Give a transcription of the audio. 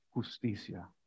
justicia